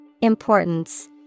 Importance